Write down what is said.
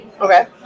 Okay